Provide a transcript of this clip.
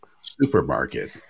supermarket